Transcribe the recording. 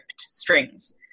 strings